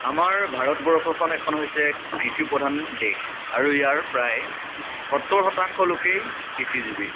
আমাৰ ভাৰতবৰ্ষখন এখন হৈছে কৃষিপ্ৰধান দেশ আৰু ইয়াৰ প্ৰায় সত্তৰ শতাংশ লোকেই কৃষিজীৱি